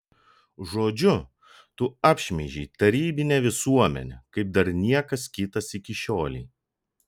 žodžiu tu apšmeižei tarybinę visuomenę kaip dar niekas kitas iki šiolei